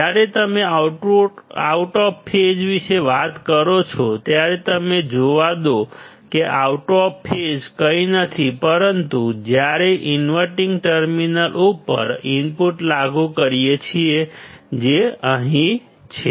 જ્યારે તમે out of phase વિશે વાત કરો ત્યારે અમને જોવા દો કે આઉટ ઓફ ફેઝ કંઈ નથી પરંતુ જ્યારે આપણે ઇન્વર્ટીંગ ટર્મિનલ ઉપર ઇનપુટ લાગુ કરીએ છીએ જે અહીં છે